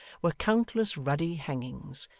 were countless ruddy hangings,